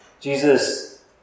Jesus